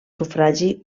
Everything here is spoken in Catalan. sufragi